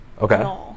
okay